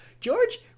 George